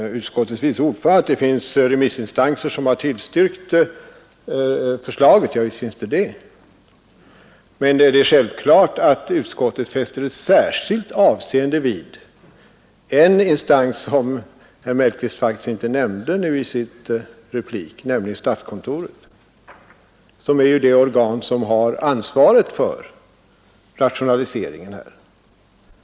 Utskottets vice ordförande säger att det finns remissinstanser som tillstyrkt förslaget. Ja, visst finns det sådana. Men det är självklart att utskottet fäster särskilt avseende vid en instans som herr Mellqvist faktiskt inte nämnde i sin replik, nämligen statskontoret, som ju är det organ som har ansvaret för rationaliseringar.